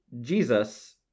Jesus